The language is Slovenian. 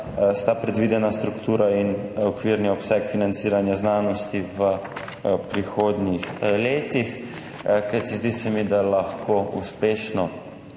sta predvidena struktura in okvirni obseg financiranja znanosti v prihodnjih letih? Kajti zdi se mi, da lahko uspešno